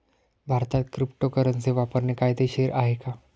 भारतात क्रिप्टोकरन्सी वापरणे कायदेशीर आहे का?